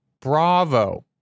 Bravo